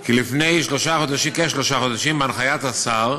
כי לפני כשלושה חודשים, בהנחיית השר,